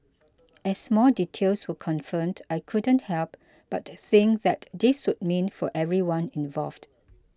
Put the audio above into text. as more details were confirmed I couldn't help but think that this would mean for everyone involved